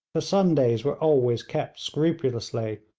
the sundays were always kept scrupulously,